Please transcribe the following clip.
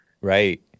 right